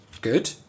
good